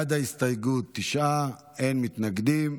בעד ההסתייגות, תשעה, אין מתנגדים.